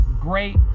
great